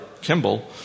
Kimball